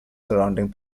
surrounding